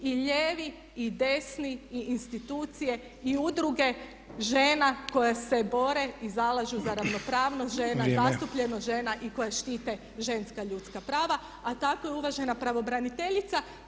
I lijevi i desni i institucije i udruge žena koje se bore i zalažu za ravnopravnost žena, zastupljenost žena i koje štite ženska ljudska prava, a takva je uvažena pravobraniteljica.